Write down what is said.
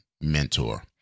mentor